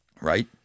right